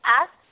Ask